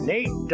Nate